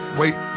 wait